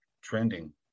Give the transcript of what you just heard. trending